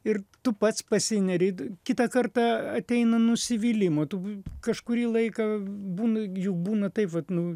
ir tu pats pasineri kitą kartą ateina nusivylimo tu kažkurį laiką būn jų būna tai vat nu